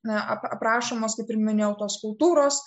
na aprašomos kaip ir minėjau tos kultūros